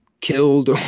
killed